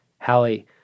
Hallie